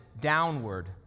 downward